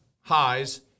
highs